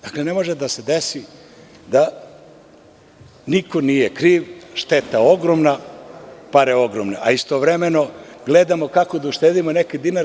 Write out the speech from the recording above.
Dakle, ne može da se desi da niko nije kriv, šteta ogromna, pare ogromne, a istovremeno gledamo kako da uštedimo neki dinar.